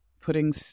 putting